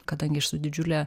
kadangi esu didžiulė